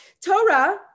Torah